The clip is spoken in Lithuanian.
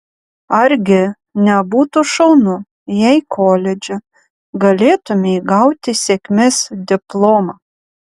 argi nebūtų šaunu jei koledže galėtumei gauti sėkmės diplomą